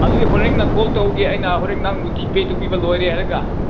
ꯑꯗꯨꯗꯤ ꯍꯣꯔꯦꯟꯅ ꯀꯣꯜ ꯇꯧꯒꯦ ꯑꯩꯅ ꯍꯣꯔꯦꯟ ꯅꯪꯕꯨ ꯖꯤꯄꯦ ꯇꯧꯕꯤꯕ ꯂꯣꯏꯔꯦ ꯍꯥꯏꯔꯒ